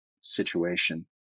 situation